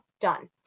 done